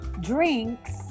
drinks